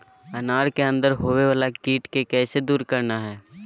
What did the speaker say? अनार के अंदर होवे वाला कीट के कैसे दूर करना है?